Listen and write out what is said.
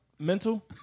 Mental